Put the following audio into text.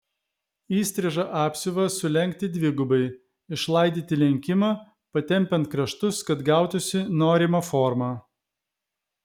įstrižą apsiuvą sulenkti dvigubai išlaidyti lenkimą patempiant kraštus kad gautųsi norima forma